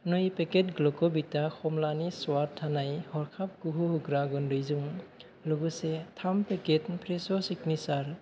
नै पेकेट ग्लुक'भिता खमलानि स्वाद थानाय हरखाब गोहो होग्रा गुन्दैजों लोगोसे थाम पेकेट फ्रेश' सिग्नेचार